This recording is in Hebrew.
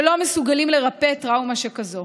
שלא מסוגלים לרפא טראומה שכזאת.